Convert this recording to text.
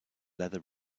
leather